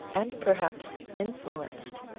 and perhaps influenced,